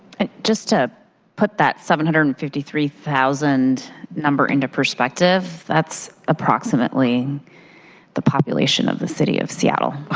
and just to put that seven hundred and fifty three thousand number into perspective, that's approximately the population of the city of seattle.